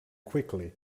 quickly